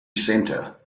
center